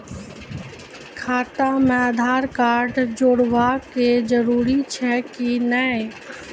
खाता म आधार कार्ड जोड़वा के जरूरी छै कि नैय?